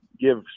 give